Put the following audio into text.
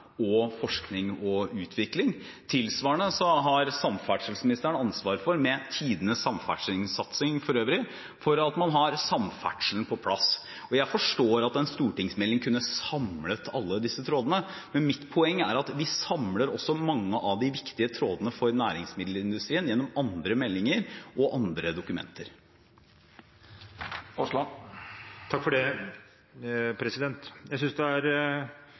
og forskning og utvikling. Tilsvarende har samferdselsministeren ansvar for – for øvrig med tidenes samferdselssatsing – at man har samferdselen på plass. Jeg forstår at en stortingsmelding kunne samlet alle disse trådene, men mitt poeng er at vi samler også mange av de viktige trådene for næringsmiddelindustrien gjennom andre meldinger og andre dokumenter. Jeg synes det er bra at næringsministeren er